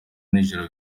nijoro